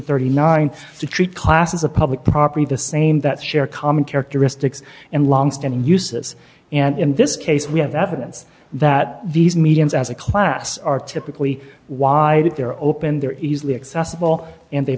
thirty nine to treat classes of public property the same that share common characteristics and longstanding uses and in this case we have evidence that these mediums as a class are typically wide if they're open they're easily accessible and they